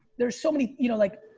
there's so many you know like,